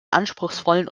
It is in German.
anspruchsvollen